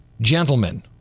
gentlemen